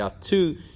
two